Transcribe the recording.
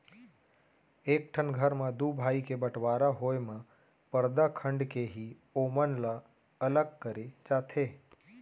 एक ठन घर म दू भाई के बँटवारा होय म परदा खंड़ के ही ओमन ल अलग करे जाथे